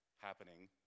happening